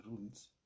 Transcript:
rules